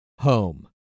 home